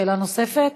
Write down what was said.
שאלה נוספת?